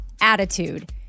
attitude